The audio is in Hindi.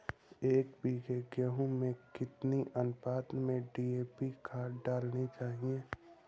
एक बीघे गेहूँ में कितनी अनुपात में डी.ए.पी खाद डालनी चाहिए?